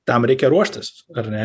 tam reikia ruoštis ar ne